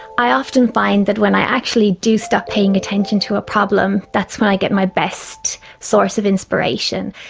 i often find that when i actually do stop paying attention to a problem, that's when i get my best source of inspiration.